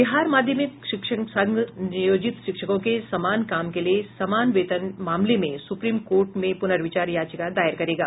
बिहार माध्यमिक शिक्षक संघ नियोजित शिक्षकों के समान काम के लिये समान वेतन मामले में सुप्रीम कोर्ट में पूनर्विचार याचिका दायर करेगा